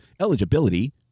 eligibility